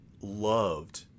loved